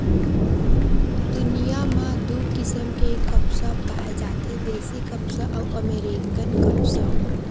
दुनिया म दू किसम के कपसा पाए जाथे देसी कपसा अउ अमेरिकन कपसा